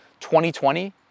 2020